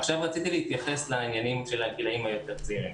עכשיו רציתי להתייחס לעניינים של הגילאים היותר צעירים.